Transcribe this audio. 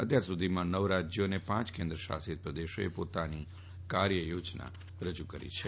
અત્યાર સુધીમાં નવ રાજયો અને પાંચ કેન્દ્ર શાસીત પ્રદેશોએ કાર્ય યોજના રજુ કરી છે